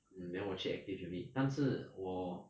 mm then 我去 active unit 但是我